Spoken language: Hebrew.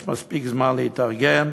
יש מספיק זמן להתארגן